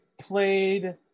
played